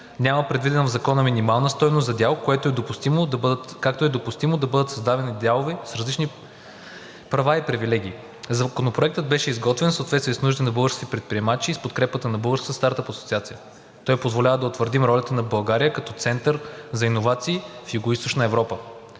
Няма предвидена в закона минимална стойност за дял, както е допустимо да бъдат създадени дялове с различни права и привилегии. Законопроектът беше изготвен в съответствие с нуждите на българските предприемачи с подкрепата на Българската стартъп асоциация. Той позволява да утвърдим ролята на България като център за иновации в Югоизточна Европа.